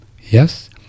Yes